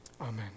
Amen